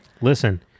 Listen